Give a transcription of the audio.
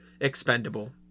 expendable